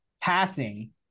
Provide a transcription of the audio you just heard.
passing